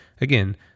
Again